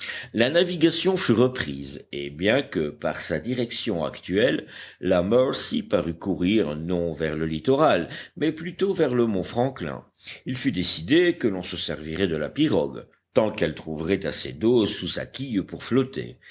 la navigation fut reprise et bien que par sa direction actuelle la mercy parût courir non vers le littoral mais plutôt vers le mont franklin il fut décidé que l'on se servirait de la pirogue tant qu'elle trouverait assez d'eau sous sa quille pour flotter